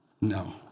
No